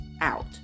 out